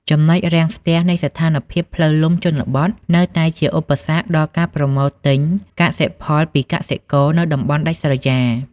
ចំណុចរាំងស្ទះនៃស្ថានភាពផ្លូវលំជនបទ នៅតែជាឧបសគ្គដល់ការប្រមូលទិញកសិផលពីកសិករនៅតំបន់ដាច់ស្រយាល។